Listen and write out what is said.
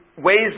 ways